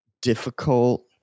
difficult